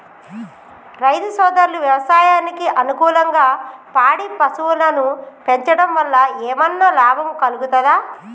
రైతు సోదరులు వ్యవసాయానికి అనుకూలంగా పాడి పశువులను పెంచడం వల్ల ఏమన్నా లాభం కలుగుతదా?